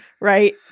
right